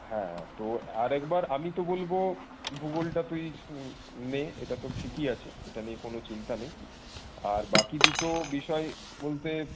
হ্যাঁ তো আরেকবার আমি তো বলব ভূগোলটা তুই নে এটা তো ঠিকই আছে এটা নিয়ে কোনো চিন্তা নেই আর বাকি দুটো বিষয় বলতে